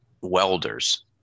welders